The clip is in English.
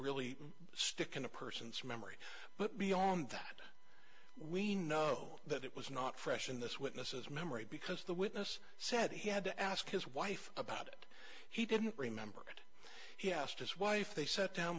really stick in a person's memory but beyond that we know that it was not fresh in this witnesses memory because the witness said he had to ask his wife about it he didn't remember it he asked his wife they set down